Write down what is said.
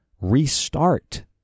restart